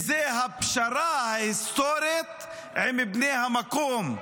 והוא הפשרה ההיסטורית עם בני המקום,